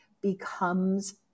becomes